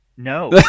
No